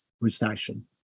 recession